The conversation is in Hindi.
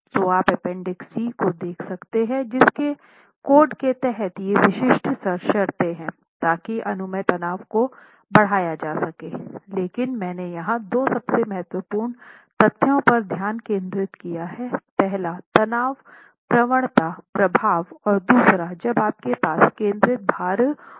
तो आप अपेंडिक्स C को देख सकते हैं जिसके कोड के तहत ये विशिष्ट शर्तें हैं ताकि अनुमेय तनाव को बढ़ाया जा सके लेकिन मैंने यहाँ दो सबसे महत्वपूर्ण तथ्यों पर ध्यान केंद्रित किया है पहला तनाव प्रवणता प्रभाव और दूसरा जब आपके पास केंद्रित भार होता हैं